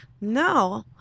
no